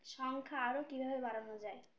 সংখ্যা আরও কীভাবে বাড়ানো যায়